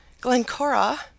Glencora